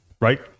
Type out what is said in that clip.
right